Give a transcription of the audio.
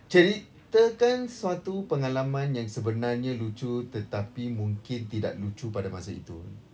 ceritakan suatu pengalaman yang sebenarnya lucu tetapi mungkin tidak lucu pada masa itu